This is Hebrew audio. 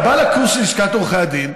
אתה בא לקורס של לשכת עורכי הדין,